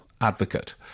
advocate